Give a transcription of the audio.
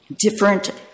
Different